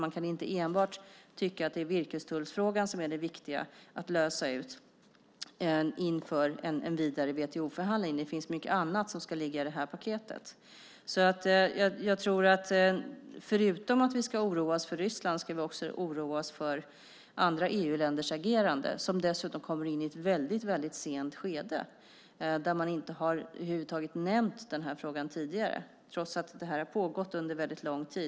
Man kan inte enbart tycka att det är virkestullsfrågan som är viktig att lösa inför en vidare WTO-förhandling. Det finns mycket annat som ska ligga i paketet. Förutom att vi ska oroa oss för Ryssland ska vi också oroa oss för andra EU-länders agerande. De kommer dessutom in i ett sent skede då denna fråga över huvud taget inte har nämnts tidigare, trots att detta har pågått under lång tid.